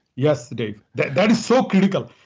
yes dave. that that is so critical.